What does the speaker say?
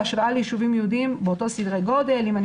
בהשוואה ליישובים יהודיים באותם סדרי גודל אם אני